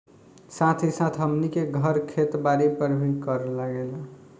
साथ ही साथ हमनी के घर, खेत बारी पर भी कर लागेला